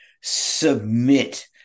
submit